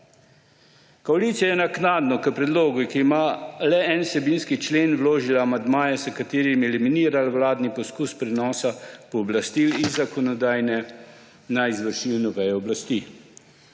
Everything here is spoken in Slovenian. Koalicija je naknadno k predlogu, ki ima le en vsebinski člen, vložila amandmaje, s katerimi je eliminirala vladni poskus prenosa pooblastil iz zakonodajne na izvršilno vejo oblasti.